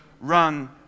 run